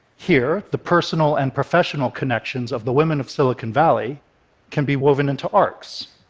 here, the personal and professional connections of the women of silicon valley can be woven into arcs,